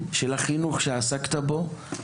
של החינוך שעסקת בו,